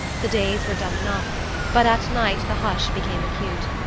the days were dumb enough but at night the hush became acute.